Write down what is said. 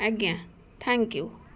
ଆଜ୍ଞା ଥ୍ୟାଙ୍କୟୁ